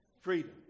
Freedom